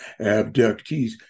abductees